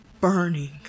burning